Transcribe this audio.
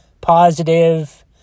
positive